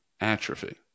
atrophy